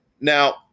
Now